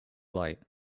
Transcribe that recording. light